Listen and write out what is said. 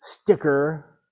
sticker